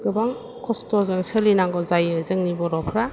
गोबां खस्थ'जों सोलिनांगौ जायो जोंनि बर'फ्रा